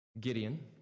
Gideon